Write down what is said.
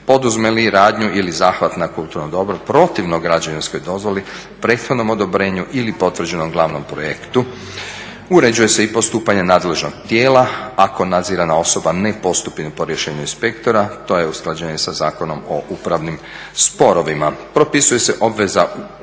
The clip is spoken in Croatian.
poduzme li radnju ili zahvat na kulturnom dobru protivno građevinskoj dozvoli, prethodnom odobrenju ili potvrđenom glavnom projektu. Uređuje se i postupanje nadležnost tijela ako nadzirana osoba ne postupi po rješenju inspektora. To je usklađenje sa Zakonom o upravnim sporovima. Propisuje se obveza upisa